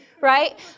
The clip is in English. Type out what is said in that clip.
right